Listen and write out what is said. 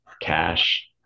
cash